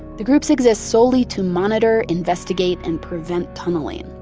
the groups exist solely to monitor, investigate, and prevent tunneling.